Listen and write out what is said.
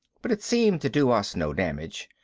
but it seemed to do us no damage.